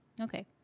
Okay